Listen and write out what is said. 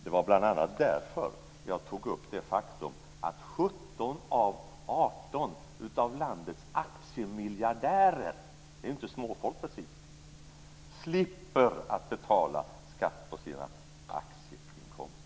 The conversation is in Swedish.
Det var bl.a. därför jag tog upp det faktum att 17 av 18 av landets aktiemiljardärer - det är inte småfolk, precis - slipper att betala skatt på sina aktieinkomster.